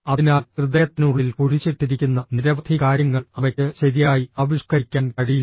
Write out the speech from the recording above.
അതിനാൽ ഹൃദയത്തിനുള്ളിൽ കുഴിച്ചിട്ടിരിക്കുന്ന നിരവധി കാര്യങ്ങൾ അവയ്ക്ക് ശരിയായി ആവിഷ്കരിക്കാൻ കഴിയില്ല